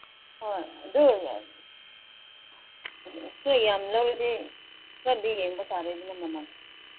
ꯍꯣꯏ ꯑꯗꯨ ꯄꯣꯠ ꯌꯥꯝ ꯂꯧꯔꯗꯤ ꯈꯔꯗꯤ ꯌꯦꯡꯕ ꯇꯥꯔꯦꯗꯅ ꯃꯃꯜ